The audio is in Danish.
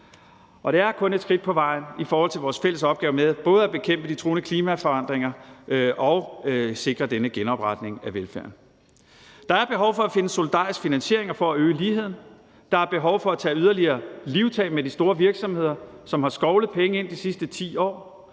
Det er kun et skridt på vejen i forhold til vores fælles opgave med både at bekæmpe de truende klimaforandringer og sikre denne genopretning af velfærden. Der er behov for at finde solidarisk finansiering og for at øge ligheden. Der er behov for at tage yderligere livtag med de store virksomheder, som har skovlet penge ind de sidste 10 år.